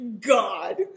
God